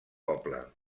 poble